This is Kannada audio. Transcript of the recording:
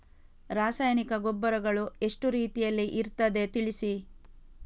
ರಾಸಾಯನಿಕ ಗೊಬ್ಬರಗಳು ಎಷ್ಟು ರೀತಿಯಲ್ಲಿ ಇರ್ತದೆ ತಿಳಿಸಿ?